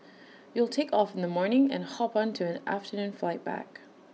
you'll take off in the morning and hop on to an afternoon flight back